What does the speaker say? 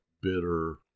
bitter